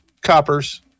coppers